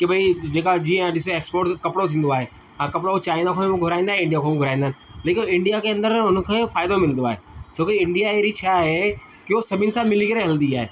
की भई जेका जीअं ॾिस एक्सपोर्ट कपिड़ो थींदो आहे हा कपिड़ो चाइना खां बि घुराईंदा आहिनि इंडिया खां बि घुराईंदा आहिनि लेकिन इंडिया के अंदरि उनखे फ़ाइदो मिलंदो आहे छो की इंडिया अहिड़ी शइ आहे की हो सभिनि सां मिली करे हलंदी आहे